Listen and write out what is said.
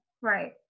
Right